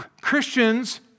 Christians